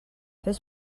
fes